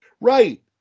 Right